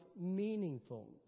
meaningful